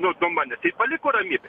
nuo to mane paliko ramybė